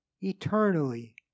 eternally